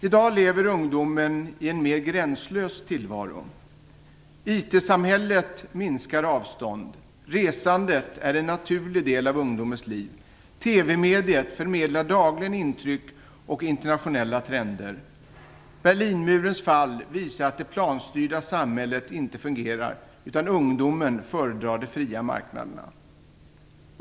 I dag lever ungdomen i en mer gränslös tillvaro. IT-samhället minskar avstånd. Resandet är en naturlig del av ungdomens liv. TV mediet förmedlar dagligen intryck och internationella trender. Berlinmurens fall visar att det planstyrda samhället inte fungerar, utan ungdomen föredrar de fria marknaderna.